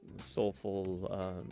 soulful